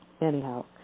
Anyhow